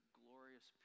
glorious